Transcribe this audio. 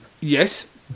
Yes